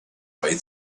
way